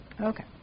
Okay